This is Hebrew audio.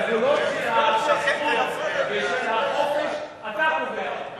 הגבולות של החופש, אתה קובע.